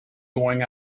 going